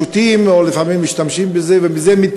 ולפעמים הם שותים או משתמשים בזה ומתים.